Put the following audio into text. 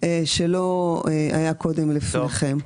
שלא היה קודם לפני כן.